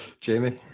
Jamie